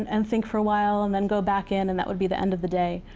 and think for awhile, and then go back in, and that would be the end of the day,